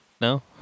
no